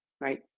right